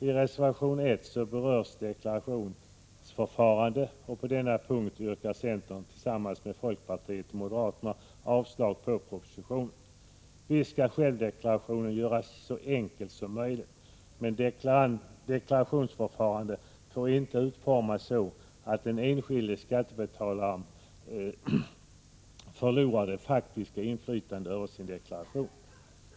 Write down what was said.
I reservation 1 berörs deklarationsförfarandet, och på den punkten yrkar centern tillsammans med folkpartiet och moderaterna avslag på propositio nen. Visst skall självdeklarationen göras så enkel som möjligt, men deklarationsförfarandet får inte utformas så, att den enskilde skattebetalaren förlorar det faktiska inflytandet över sin deklaration.